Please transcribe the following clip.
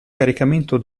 caricamento